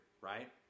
right